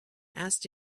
asked